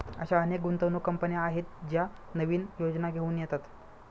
अशा अनेक गुंतवणूक कंपन्या आहेत ज्या नवीन योजना घेऊन येतात